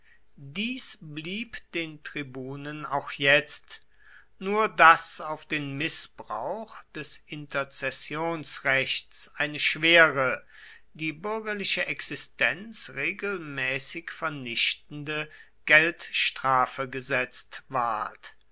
dies blieb den tribunen auch jetzt nur daß auf den mißbrauch des interzessionsrechts eine schwere die bürgerliche existenz regelmäßig vernichtende geldstrafe gesetzt ward